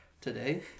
today